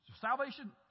salvation